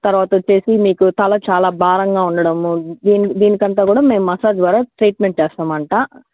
తరువాత వచ్చి మీకు తల చాలా భారంగా ఉండడము దీనికి దీనికంతా కూడా మేము మసాజ్ ద్వారా ట్రీట్మెంట్ చేస్తామంటా